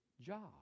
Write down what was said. job